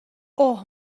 اوه